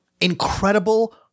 incredible